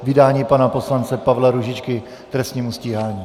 Vydání pana poslance Pavla Růžičky k trestnímu stíhání.